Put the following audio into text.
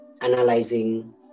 analyzing